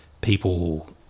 people